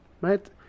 right